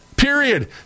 Period